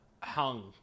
Hung